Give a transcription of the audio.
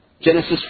Genesis